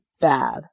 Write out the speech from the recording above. bad